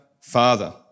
Father